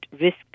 risk